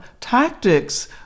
tactics